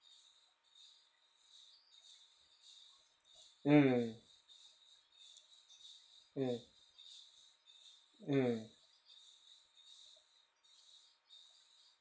mm mm mm